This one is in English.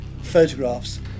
photographs